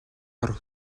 хор